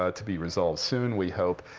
ah to be resolved soon, we hope.